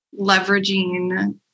leveraging